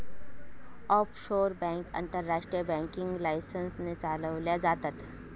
offshore bank आंतरराष्ट्रीय banking licence ने चालवल्या जातात